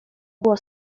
było